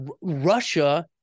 Russia